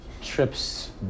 trips